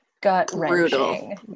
gut-wrenching